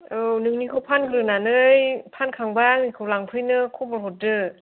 औ नोंनिखौ फानग्रोनानै फानखांब्ला आंनिखौ लांफैनो खबर हरदो